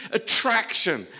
attraction